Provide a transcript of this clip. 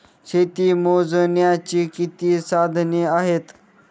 शेती मोजण्याची किती साधने आहेत?